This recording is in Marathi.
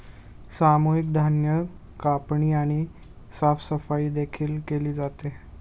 सामूहिक धान्य कापणी आणि साफसफाई देखील केली जाते